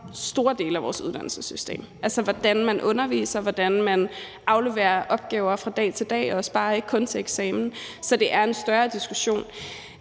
store dele af vores uddannelsessystem, altså hvordan man underviser, og hvordan man afleverer opgaver fra dag til dag, ikke kun til eksamen. Så det er en større diskussion.